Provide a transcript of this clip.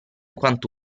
quanto